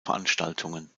veranstaltungen